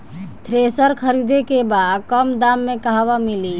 Thresher खरीदे के बा कम दाम में कहवा मिली?